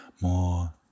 more